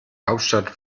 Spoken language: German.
hauptstadt